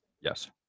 Yes